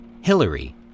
Hillary